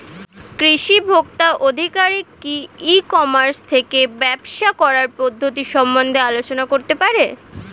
কৃষি ভোক্তা আধিকারিক কি ই কর্মাস থেকে ব্যবসা করার পদ্ধতি সম্বন্ধে আলোচনা করতে পারে?